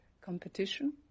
competition